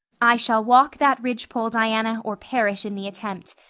i shall walk that ridgepole, diana, or perish in the attempt.